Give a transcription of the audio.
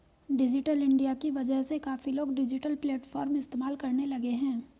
digital India की वजह से काफी लोग डिजिटल प्लेटफ़ॉर्म इस्तेमाल करने लगे हैं